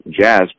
jazz